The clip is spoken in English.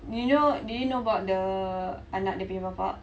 do you know do you know about the anak dia punya bapa